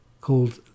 called